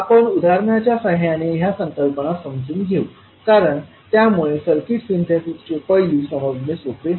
आपण उदाहरणाच्या साहाय्याने या संकल्पना समजून घेऊ कारण त्या मुळे सर्किट सिंथेसिसचे पैलू समजणे सोपे होईल